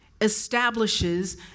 establishes